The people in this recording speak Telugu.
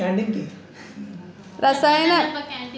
రసాయన ఎరువులు అలానే సేంద్రీయ ఎరువులు మధ్య తేడాలు ఏంటి?